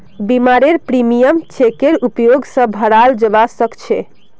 बीमारेर प्रीमियम चेकेर उपयोग स भराल जबा सक छे